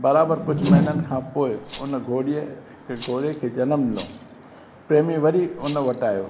बराबरि कुझु महिननि खां पोइ हुन घोड़ीअ हिकु घोड़े खे जनम ॾिनो प्रेमी वरी उन वटि आहियो